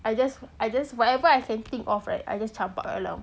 I just I just whatever I can think of right I just campak kat dalam